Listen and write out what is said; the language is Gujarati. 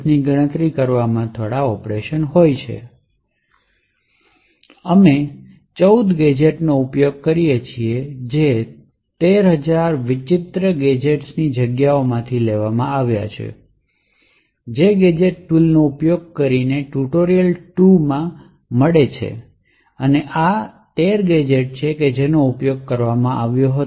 ની ગણતરી કરવામાં થોડું ઑપરેશન હોય છે અમે 14 ગેજેટ્સ નો ઉપયોગ કરીએ છીએ જે 13000 વિચિત્ર ગેજેટ્સ ની જગ્યામાંથી લેવામાં આવ્યા છે જે ગેજેટ ટૂલનો ઉપયોગ કરીને ટ્યુટોરિયલ 2 માં મળે છે અને આ તે 13 ગેજેટ્સ છે જેનો ઉપયોગ કરવામાં આવ્યો હતો